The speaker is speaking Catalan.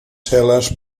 cel·les